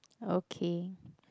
okay